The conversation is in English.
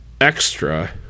extra